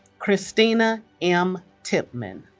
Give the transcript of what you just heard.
christina m. tipman